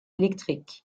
électrique